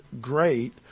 great